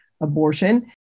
abortion